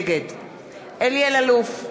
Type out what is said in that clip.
נגד אלי אלאלוף,